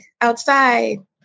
outside